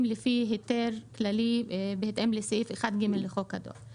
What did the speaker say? לפי היתר כללי בהתאם לסעיף 1ג לחוק הדואר.